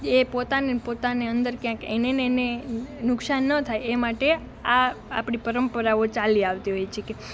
એ પોતાને ને પોતાને અંદર ક્યાંક એને એને નુકસાન ન થાય એ માટે આ આપણી પરંપરાઓ ચાલી આવતી હોય છે કે